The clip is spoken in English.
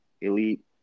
elite